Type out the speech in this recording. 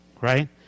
right